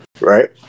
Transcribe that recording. right